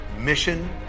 Mission